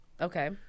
Okay